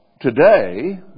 Today